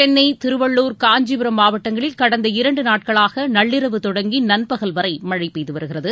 சென்னை திருவள்ளுர் காஞ்சிபுரம் மாவட்டங்களில் கடந்த இரண்டு நாட்களாக நள்ளிரவு தொடங்கி நண்பகல் வரை மழை பெய்துவருகிறது